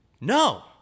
No